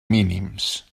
mínims